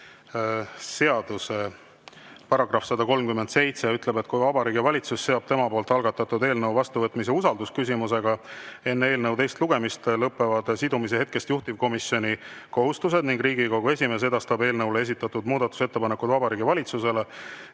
töökorra seaduse § 137 ütleb, et kui Vabariigi Valitsus seob enda algatatud eelnõu vastuvõtmise usaldusküsimusega enne eelnõu teist lugemist, siis lõppevad sidumise hetkest juhtivkomisjoni kohustused ning Riigikogu esimees edastab eelnõu kohta esitatud muudatusettepanekud Vabariigi Valitsusele